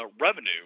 revenue